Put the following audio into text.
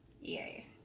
Yay